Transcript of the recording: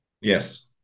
yes